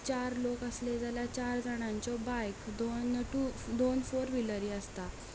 चार लोक आसले जाल्यार चार जाणांच्यो बायक दोन टू व्हि दोन फोर व्हिलरी आसता